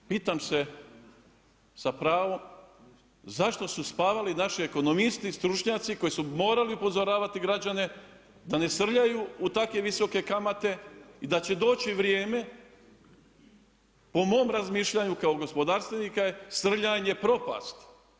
Pitam se sa pravom zašto su spavali naši ekonomisti stručnjaci koji su morali upozoravati građane da ne srljaju u tako visoke kamate i da će doći vrijeme, po mom razmišljaju kao gospodarstvenika je, srljanje propast.